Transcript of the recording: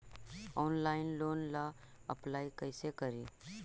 Online loan ला apply कैसे करी?